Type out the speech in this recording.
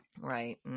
Right